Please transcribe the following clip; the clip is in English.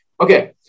Okay